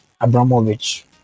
Abramovich